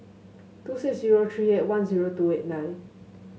two six zero three eight one zero two eight nine